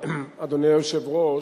אדוני היושב-ראש,